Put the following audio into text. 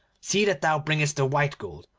see that thou bringest the white gold,